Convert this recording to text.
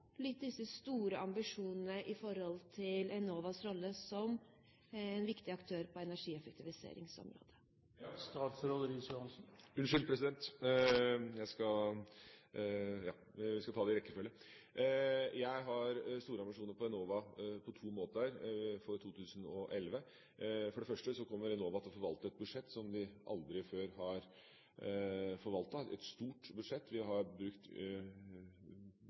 litt disse store ambisjonene når det gjelder Enovas rolle som en viktig aktør på energieffektiviseringsområdet? Jeg har store ambisjoner for Enova på to måter for 2011. For det første kommer Enova til å forvalte et budsjett som de aldri før har forvaltet, et stort budsjett. Vi har